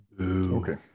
Okay